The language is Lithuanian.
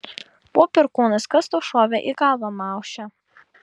po perkūnais kas tau šovė į galvą mauše